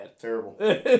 Terrible